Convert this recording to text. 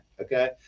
Okay